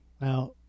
Now